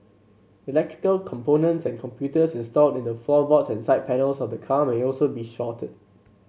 electrical components and computers installed in the floorboards and side panels of the car may also be shorted